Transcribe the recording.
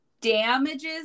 damages